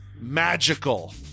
magical